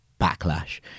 backlash